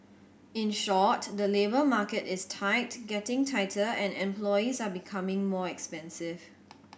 in short the labour market is tight getting tighter and employees are becoming more expensive